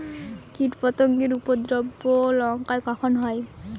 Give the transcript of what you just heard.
কীটপতেঙ্গর উপদ্রব লঙ্কায় কখন হয়?